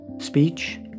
speech